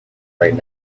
right